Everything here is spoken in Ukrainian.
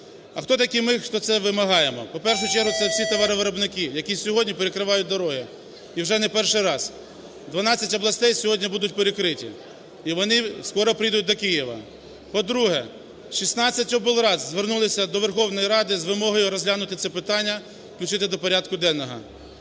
А хто такі ми, хто це вимагаємо? В першу чергу це всі товаровиробники, які сьогодні перекривають дороги, і вже не перший раз. Дванадцять областей сьогодні будуть перекриті. І вони скоро прийдуть до Києва. По-друге, 16 облрад звернулися до Верховної Ради з вимогою розглянути це питання, включити до порядку денного.